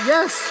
Yes